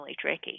tricky